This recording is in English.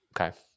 okay